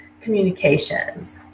communications